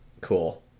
Cool